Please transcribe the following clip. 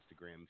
Instagram